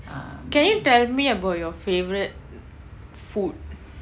can you tell me about your favourite food